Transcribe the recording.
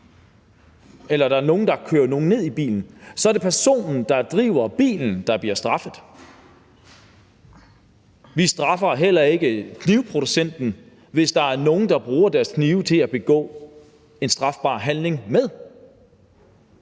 eller der er nogen, der kører nogen ned i bilen. Så er det personen, der bruger bilen, der bliver straffet. Vi straffer heller ikke knivproducenten, hvis der er nogen, der bruger deres knive til at begå en strafbar handling med,